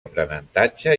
aprenentatge